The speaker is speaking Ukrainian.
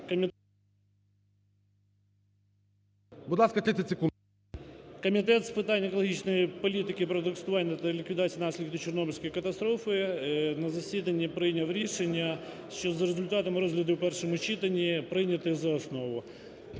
Комітет з питань екологічної політики, природокористування та ліквідації наслідків Чорнобильської катастрофи на засіданні прийняв рішення, що за результатами розгляду в першому читанні прийняти за основу.